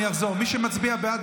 אני אחזור: מי שמצביע בעד,